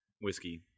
whiskey